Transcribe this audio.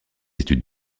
études